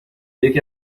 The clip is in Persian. یکی